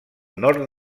nord